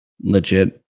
legit